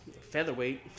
featherweight